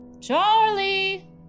Charlie